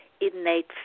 innate